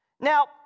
Now